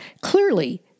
clearly